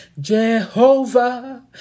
Jehovah